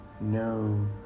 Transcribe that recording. no